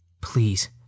Please